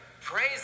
praise